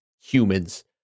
humans